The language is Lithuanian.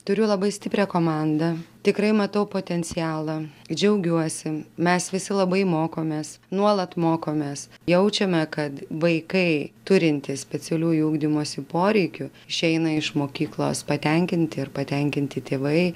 turiu labai stiprią komandą tikrai matau potencialą džiaugiuosi mes visi labai mokomės nuolat mokomės jaučiame kad vaikai turintys specialiųjų ugdymosi poreikių išeina iš mokyklos patenkinti ir patenkinti tėvai